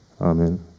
Amen